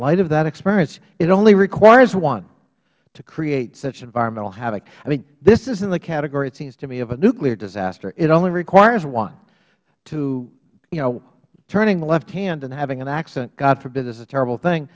light of that experience it only requires one to create such environmental havoc this isn't the category it seems to me of a nuclear disaster it only requires one turning left hand and having an accident god forbid is a terrible thing